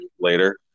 later